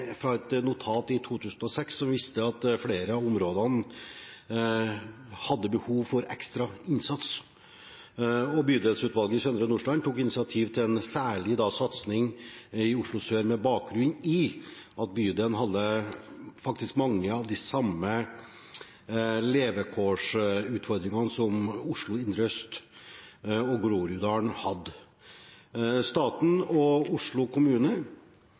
et notat fra 2006 som viste til at flere av områdene hadde behov for ekstra innsats. Bydelsutvalget i Søndre Nordstrand tok initiativ til en særlig satsing i Oslo sør med bakgrunn i at bydelen faktisk hadde mange av de samme levekårsutfordringene som Oslo indre øst og Groruddalen hadde. Staten og Oslo kommune